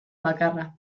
bakarra